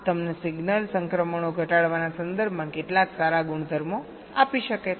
આ તમને સિગ્નલ સંક્રમણો ઘટાડવાના સંદર્ભમાં કેટલાક સારા ગુણધર્મો આપી શકે છે